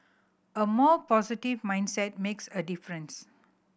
a more positive mindset makes a difference